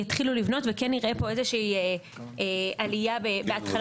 יתחילו לבנות וכן נראה פה איזושהי עלייה בהתחלת